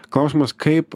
klausimas kaip